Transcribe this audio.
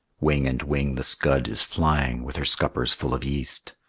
wing and wing the scud is flying with her scuppers full of yeast.